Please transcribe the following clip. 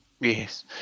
Yes